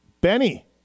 Benny